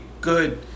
good